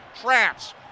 traps